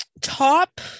top